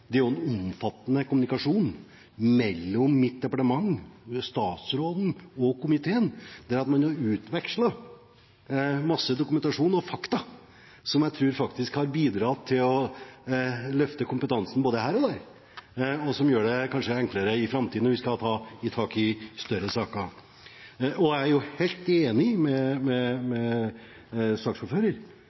er en omfattende kommunikasjon mellom mitt departement, statsråden og komiteen, der man har utvekslet mye dokumentasjon og fakta, som jeg tror faktisk har bidratt til å løfte kompetansen både her og der, og som kanskje vil gjøre det enklere i framtiden, når vi skal ta tak i større saker. Jeg er helt enig med